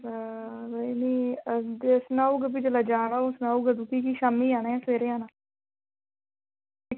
हां नेईं नेईं सनाऊगी फ्ही जिल्लै जाना होग सनाऊगी तुसें कि शाम्मी जाना जां सवेरे जाना